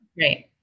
Right